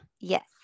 Yes